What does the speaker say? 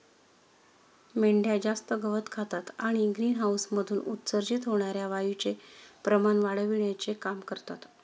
मेंढ्या जास्त गवत खातात आणि ग्रीनहाऊसमधून उत्सर्जित होणार्या वायूचे प्रमाण वाढविण्याचे काम करतात